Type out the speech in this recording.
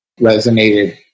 resonated